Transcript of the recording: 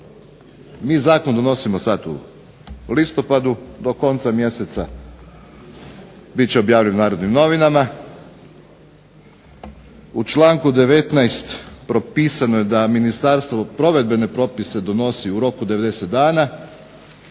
MI Zakon donosimo sada u listopadu, do konca mjeseca biti će objavljen u Narodnim novinama. U članku 19. Propisano je da ministarstvo provedbene propise donosi u roku 90 dana,